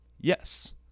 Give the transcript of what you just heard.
Yes